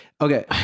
Okay